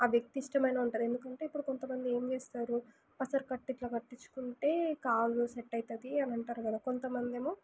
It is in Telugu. ఆ వ్యక్తి ఇష్టమైన ఉంటారు ఎందుకంటే ఇప్పుడు కొంతమంది ఏం చేస్తారు పసరుకట్ట ఇట్లా కట్టించుకుంటే కాళ్ళు సెట్ అవుతుంది అని అంటారు కదా కొంతమందేమో